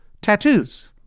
tattoos